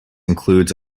includes